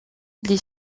des